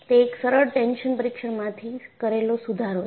તે એક સરળ ટેન્શન પરીક્ષણમાંથી કરેલો સુધારો છે